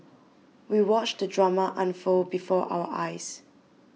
we watched the drama unfold before our eyes